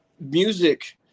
music